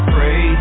Pray